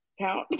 count